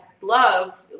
love